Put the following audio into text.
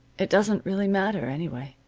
it doesn't really matter, anyway.